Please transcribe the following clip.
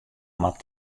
moat